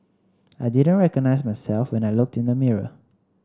I didn't recognise myself when I looked in the mirror